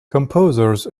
composers